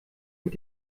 mit